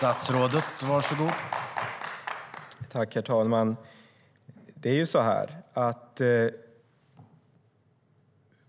Herr talman!